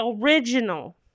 original